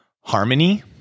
harmony